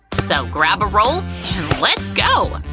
so grab a roll and let's go!